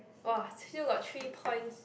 !wah! still got three points